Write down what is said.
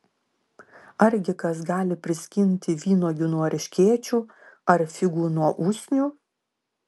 argi kas gali priskinti vynuogių nuo erškėčių ar figų nuo usnių